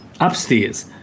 Upstairs